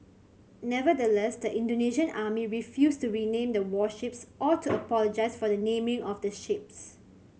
nevertheless the Indonesian are refused to rename the warships or to apologise for the naming of ships